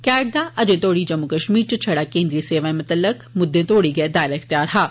cat दा अजें तोड़ी जम्मू कश्मीर च छड़ा केन्द्री सेवाएं मुतलक मुद्दें तोड़ी गै दायरा अख्तेयार हा